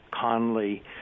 Conley